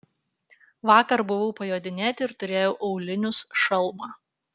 vakar buvau pajodinėti ir turėjau aulinius šalmą